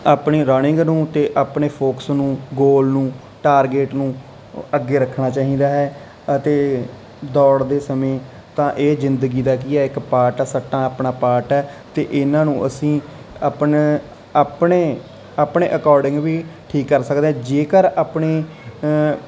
ਆਪਣੀ ਰਨਿੰਗ ਨੂੰ ਅਤੇ ਆਪਣੇ ਫੋਕਸ ਨੂੰ ਗੋਲ ਨੂੰ ਟਾਰਗੇਟ ਨੂੰ ਅੱਗੇ ਰੱਖਣਾ ਚਾਹੀਦਾ ਹੈ ਅਤੇ ਦੌੜਦੇ ਸਮੇਂ ਤਾਂ ਇਹ ਜ਼ਿੰਦਗੀ ਦਾ ਕੀ ਹੈ ਇੱਕ ਪਾਰਟ ਆ ਸੱਟਾਂ ਆਪਣਾ ਪਾਰਟ ਹੈ ਅਤੇ ਇਹਨਾਂ ਨੂੰ ਅਸੀਂ ਆਪਣੇ ਆਪਣੇ ਆਪਣੇ ਅਕੋਰਡਿੰਗ ਵੀ ਠੀਕ ਕਰ ਸਕਦੇ ਹਾਂ ਜੇਕਰ ਆਪਣੀ